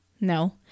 No